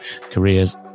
careers